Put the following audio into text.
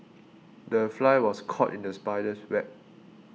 the fly was caught in the spider's web